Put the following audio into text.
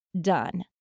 done